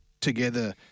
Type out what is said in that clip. together